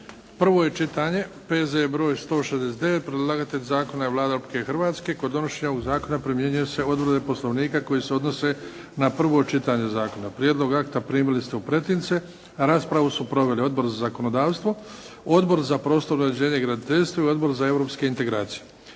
prvo čitanje, P.Z.E. br. 169 Predlagatelj zakona je Vlada Republike Hrvatske. Kod donošenja ovog zakona primjenjuju se odredbe Poslovnika koje se odnose na prvo čitanje zakona. Prijedlog akta primili ste u pretince. Raspravu su proveli Odbor za zakonodavstvo, Odbor za prostorno uređenje i graditeljstvo i Odbor za europske integracije.